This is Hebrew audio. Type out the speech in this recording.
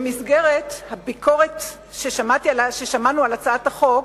במסגרת הביקורת ששמעתי על הצעת החוק,